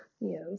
Yes